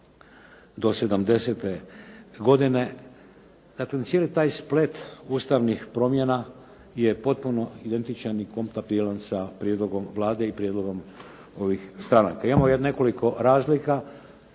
do 70. godine. Dakle, cijeli taj splet ustavnih promjena je potpuno identičan i kompatibilan sa prijedlogom Vlade i prijedlogom ovih stranaka. Imamo nekoliko razlika.